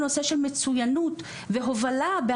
מצויינות מחקרית ברמות הגבוהות ביותר,